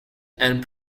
and